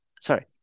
sorry